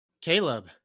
Caleb